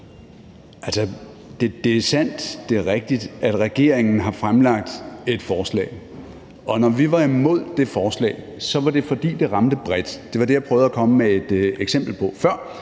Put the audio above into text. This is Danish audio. det er sandt, det er rigtigt, at regeringen har fremsat et forslag. Og når vi var imod det forslag, var det, fordi det ramte bredt. Det var det, jeg prøvede at komme med et eksempel på før.